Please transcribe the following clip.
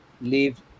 leave